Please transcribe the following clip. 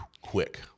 quick